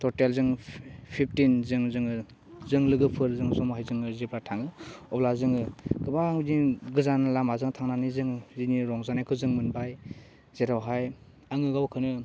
टटेल जों फिफ्टिन जों जोङो जों लोगोफोरजों जमाहै जोङो जेब्ला थाङो अब्ला जोङो गोबां बिदिनो गोजान लामाजों थांनानै जोङो बिनि रंजानायखौ जों मोनबाय जेरावहाय आङो गावखौनो